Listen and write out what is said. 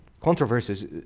Controversies